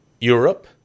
Europe